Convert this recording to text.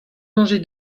mangez